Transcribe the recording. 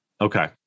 Okay